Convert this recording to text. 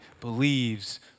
believes